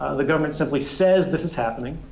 the government simply says this is happening,